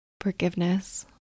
forgiveness